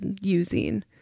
using